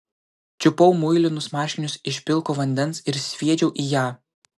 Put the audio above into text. čiupau muilinus marškinius iš pilko vandens ir sviedžiau į ją